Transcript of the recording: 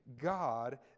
God